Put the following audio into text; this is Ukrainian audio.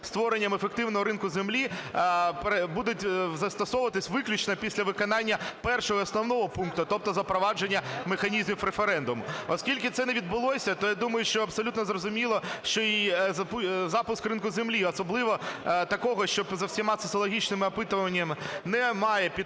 створенням ефективного ринку землі, будуть застосовуватись виключно після виконання першого і основного пункту, тобто запровадження механізмів референдуму. Оскільки це не відбулося, то я думаю, що абсолютно зрозуміло, що і запуск ринку землі, особливо такого, що за всіма соціологічними опитуваннями не має підтримки